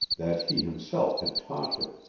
that he himself had taught her.